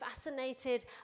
fascinated